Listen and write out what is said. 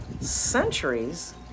centuries